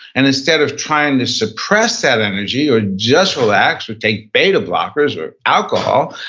and instead of trying to suppress that energy or just relax or take beta blockers or alcohol,